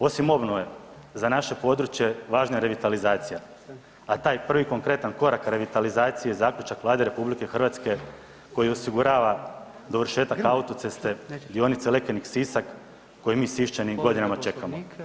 Osim obnove za naše područje važna je revitalizacija, a taj prvi konkretan korak revitalizacije zaključak Vlade RH koji osigurava dovršetak autoceste dionice Lekenik-Sisak koji mi Siščani godinama čekamo.